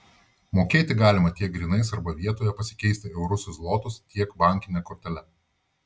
mokėti galima tiek grynais arba vietoje pasikeisti eurus į zlotus tiek bankine kortele